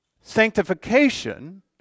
Sanctification